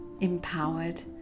empowered